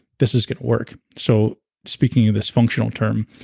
this is going work. so speaking of this functional term,